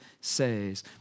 says